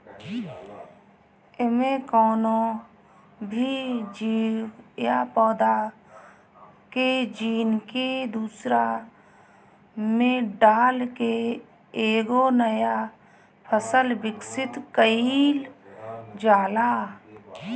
एमे कवनो भी जीव या पौधा के जीन के दूसरा में डाल के एगो नया फसल विकसित कईल जाला